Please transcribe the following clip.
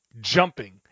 jumping